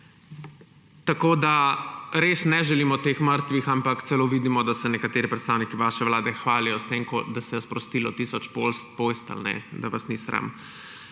odkrilo. Res ne želim o teh mrtvih, ampak vidimo celo, da se nekateri predstavniki vaše vlade hvalijo s tem, da se je sprostilo tisoč postelj. Da vas ni sram.